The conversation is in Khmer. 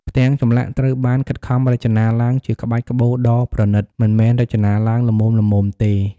ផ្ទាំងចម្លាក់ត្រូវបានខិតខំរចនាឡើងជាក្បាច់ក្បូរដ៏ប្រណិត មិនមែនរចនាឡើងល្មមៗទេ។